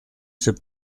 s’est